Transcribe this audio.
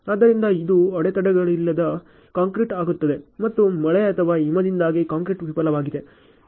ಆದ್ದರಿಂದ ಇದು ಅಡೆತಡೆಯಿಲ್ಲದೆ ಕಾಂಕ್ರೀಟ್ ಆಗುತ್ತಿದೆ ಮತ್ತು ಮಳೆ ಅಥವಾ ಹಿಮದಿಂದಾಗಿ ಕಾಂಕ್ರೀಟ್ ವಿಫಲವಾಗಿದೆ